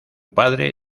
padre